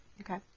Okay